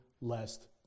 lest